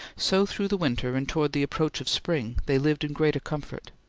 so through the winter and toward the approach of spring they lived in greater comfort.